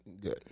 Good